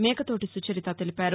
మేకతోటి సుచరిత తెలిపారు